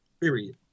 Period